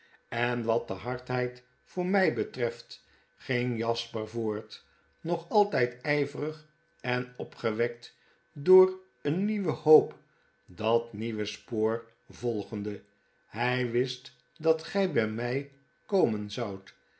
en wat de hardheid voor mij betreft ging jasper voort nog altijd yverig en opgewekt door eene nieuwe hoop dat nieuwe spoor volgende hy wist dat gjj by my komen zoudt